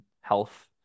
health